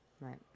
Right